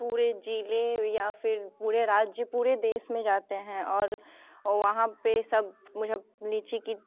पूरे जिले या फिर पूरे राज्य पूरे देश में जाते हैं और वहाँ पे सब लीची की